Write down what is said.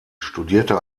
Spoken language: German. studierte